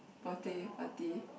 birthday party